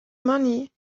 money